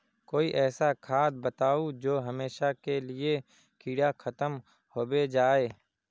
कोई ऐसा खाद बताउ जो हमेशा के लिए कीड़ा खतम होबे जाए?